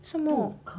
为什么